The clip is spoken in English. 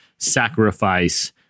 sacrifice